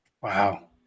Wow